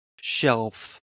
shelf